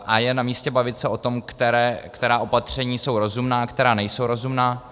A je namístě bavit se o tom, která opatření jsou rozumná a která nejsou rozumná.